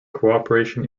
cooperation